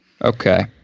Okay